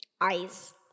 Eyes